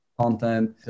content